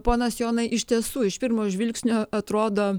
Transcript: ponas jonai iš tiesų iš pirmo žvilgsnio atrodo